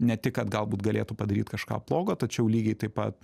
ne tik kad galbūt galėtų padaryt kažką blogo tačiau lygiai taip pat